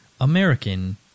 American